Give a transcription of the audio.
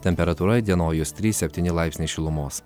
temperatūra įdienojus trys septyni laipsniai šilumos